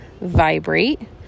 vibrate